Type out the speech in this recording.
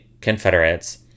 Confederates